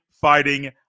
Fighting